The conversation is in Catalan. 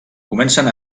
comencen